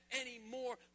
anymore